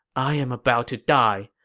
i am about to die,